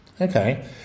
Okay